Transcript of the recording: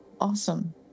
Awesome